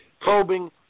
probing